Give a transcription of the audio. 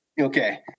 Okay